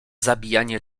zabijanie